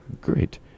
Great